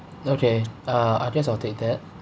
okay uh I guess I'll take that